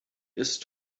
ist